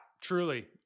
truly